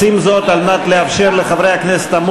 חברי הכנסת,